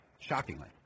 shockingly